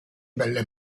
belle